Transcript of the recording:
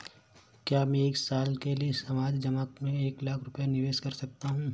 क्या मैं एक साल के लिए सावधि जमा में एक लाख रुपये निवेश कर सकता हूँ?